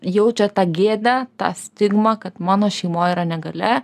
jaučia tą gėdą tą stigmą kad mano šeimoj yra negalia